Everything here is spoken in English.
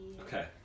okay